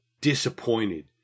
disappointed